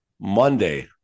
Monday